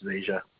Asia